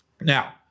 Now